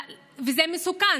וזה מסוכן,